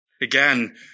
Again